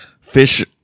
fish